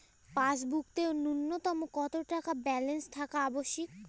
পাসবুকে ন্যুনতম কত টাকা ব্যালেন্স থাকা আবশ্যিক?